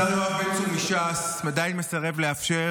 השר יואב בן צור מש"ס עדיין מסרב לאפשר